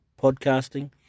podcasting